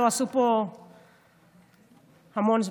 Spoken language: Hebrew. לא עשו פה המון זמן,